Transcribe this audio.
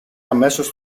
αμέσως